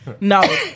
No